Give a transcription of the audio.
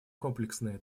комплексные